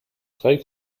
drei